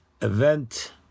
event